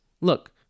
Look